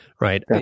right